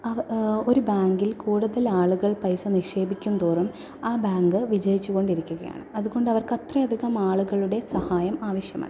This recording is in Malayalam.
അവ ഒരു ബാങ്കിൽ കൂടുതൽ ആളുകൾ പണം നിക്ഷേപിക്കുംതോറും ആ ബാങ്ക് വിജയിച്ചു കൊണ്ടിരിക്കുകയാണ് അതുകൊണ്ട് അവർക്ക് അത്രയധികം ആളുകളുടെ സഹായം ആവശ്യമാണ്